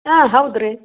ಹಾಂ ಹೌದು ರೀ